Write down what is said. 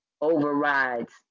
overrides